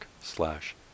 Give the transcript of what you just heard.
slash